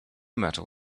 metal